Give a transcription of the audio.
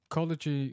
College